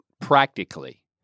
practically